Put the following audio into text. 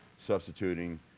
substituting